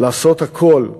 לעשות הכול,